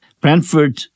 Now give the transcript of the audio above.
Brentford